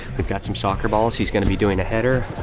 we've got some soccer balls. he's going to be doing a header.